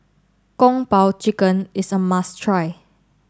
Kung po Chicken is a must try